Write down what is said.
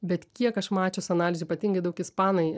bet kiek aš mačius analizių ypatingai daug ispanai